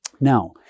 Now